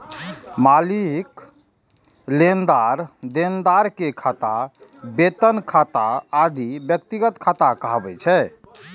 मालिक, लेनदार, देनदार के खाता, वेतन खाता आदि व्यक्तिगत खाता कहाबै छै